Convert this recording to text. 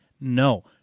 No